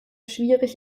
schwierig